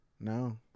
no